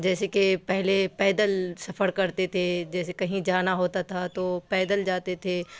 جیسے کہ پہلے پیدل سفر کرتے تھے جیسے کہیں جانا ہوتا تھا تو پیدل جاتے تھے